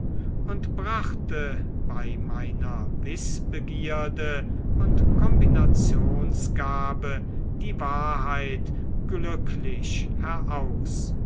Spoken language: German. und brachte bei meiner wißbegierde und kombinationsgabe die wahrheit glücklich heraus